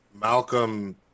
Malcolm